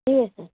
ಇಲ್ಲ ಸರ್